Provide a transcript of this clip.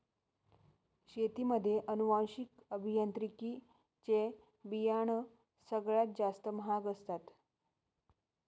शेतीमध्ये अनुवांशिक अभियांत्रिकी चे बियाणं सगळ्यात जास्त महाग असतात